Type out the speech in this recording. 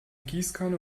gießkanne